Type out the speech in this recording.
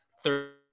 Third